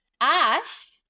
ash